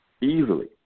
easily